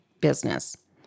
business